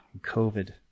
COVID